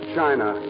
China